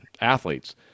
athletes